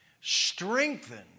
strengthened